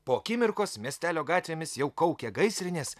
po akimirkos miestelio gatvėmis jau kaukė gaisrinės